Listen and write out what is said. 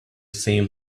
same